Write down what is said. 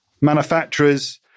manufacturers